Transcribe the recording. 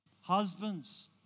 Husbands